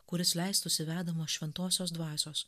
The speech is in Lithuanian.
kuris leistųsi vedamą šventosios dvasios